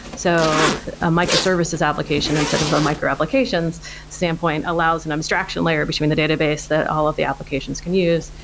so a microservices application, instead of a micro-applications standpoint allows an abstraction layer between the database that all of the applications can use,